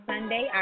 Sunday